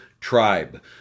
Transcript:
tribe